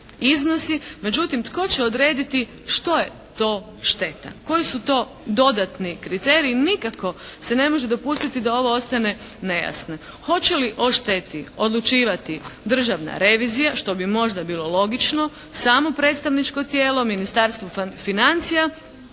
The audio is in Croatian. iznosi, međutim tko će odrediti što je to šteta, koji su to dodatni kriteriji. Nikako se ne može dopustiti da ovo ostane nejasno. Hoće li o šteti odlučivati Državna revizija što bi možda bilo logično, samo predstavničko tijelo, Ministarstvo financija